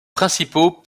principaux